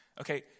Okay